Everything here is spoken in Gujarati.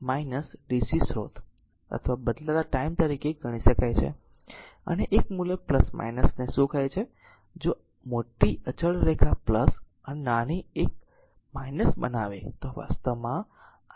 તેથી તેને r dc સ્રોત અથવા બદલાતા ટાઈમ તરીકે ગણી શકાય અને આ એક મૂલ્ય ને શું કહે છે જો મોટી અચળ રેખા અને નાની એક બનાવે તો આ વાસ્તવમાં v અથવા DC સ્રોત છે